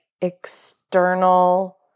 external